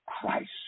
Christ